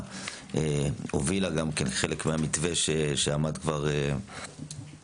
הובילה לקידום חלק מהמתווה שכבר עמד לקידום.